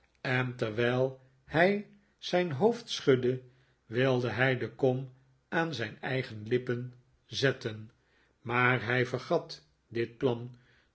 en terwijl hij zijn hoofd schudde wilde hij de kom aan zijn eigen lippen zetten maar hij vergat dit plan